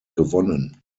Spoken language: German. gewonnen